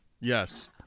yes